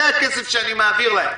זה הכסף שאני מעביר להם.